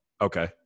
Okay